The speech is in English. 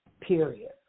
period